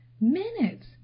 Minutes